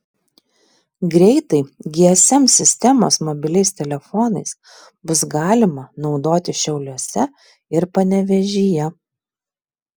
greitai gsm sistemos mobiliais telefonais bus galima naudotis šiauliuose ir panevėžyje